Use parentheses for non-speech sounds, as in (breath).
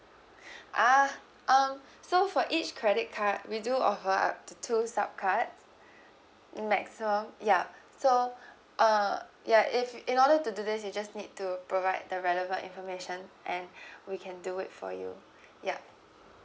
(breath) ah um so for each credit card we do offer up to two sub cards (breath) maximum yeah so (breath) uh ya if in order to do this you just need to provide the relevant information and (breath) we can do it for you yup